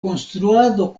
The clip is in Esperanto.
konstruado